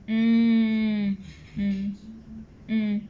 mm mm mm